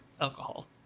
alcohol